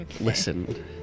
listen